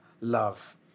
love